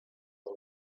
her